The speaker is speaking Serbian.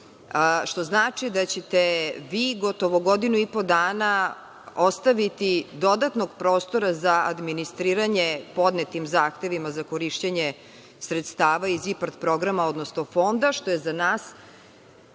što znači da ćete vi, gotovo godinu i po dana, ostaviti dodatnog prostora za administriranje podnetim zahtevima za korišćenje sredstava iz IPARD programa, odnosno fonda, što je za nas